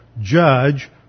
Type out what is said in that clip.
judge